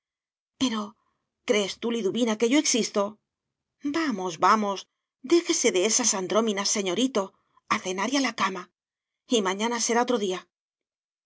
pero tú crees liduvina que yo existo vamos vamos déjese de esas andróminas señorito a cenar y a la cama y mañana será otro día